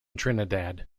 trinidad